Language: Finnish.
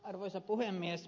arvoisa puhemies